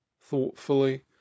thoughtfully